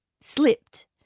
slipped